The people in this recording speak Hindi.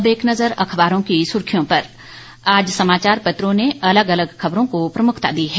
अब एक नज़र अखबारों की सुर्खियों पर आज समाचार पत्रों ने अलग अलग खबरों को प्रमुखता दी है